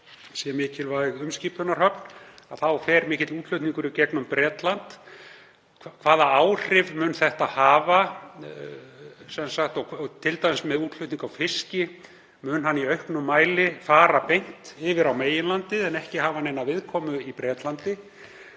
sé mikilvæg umskipunarhöfn en mikill útflutningur fer í gegnum Bretland. Hvaða áhrif mun þetta hafa, t.d. hvað varðar útflutning á fiski? Mun hann í auknum mæli fara beint yfir á meginlandið en ekki hafa neina viðkomu í Bretlandi?